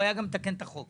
הוא גם היה מתקן את החוק.